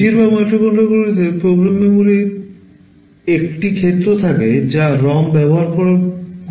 বেশিরভাগ মাইক্রোকন্ট্রোলারগুলিতে program memory এর একটি ক্ষেত্র থাকে যা ROM ব্যবহার করে প্রয়োগ করা হয়